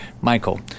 Michael